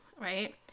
right